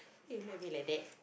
why you look at me like that